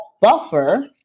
buffer